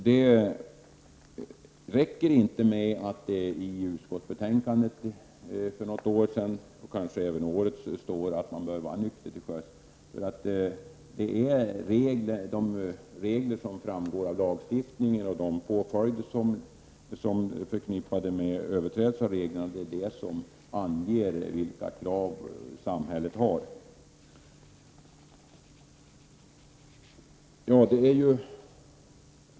Det räcker inte med att det stod i utskottsbetänkandet för något år sedan, och kanske även i årets betänkande, att man bör vara nykter till sjöss. De regler som framgår av lagstiftningen och de påföljder som är förknippade med överträdelse av reglerna anger vilka krav samhället har.